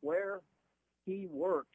where he worked